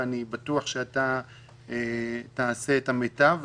אני בטוח שאתה תעשה את המיטב.